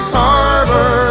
harbor